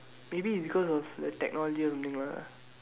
maybe it because of the technology or something lah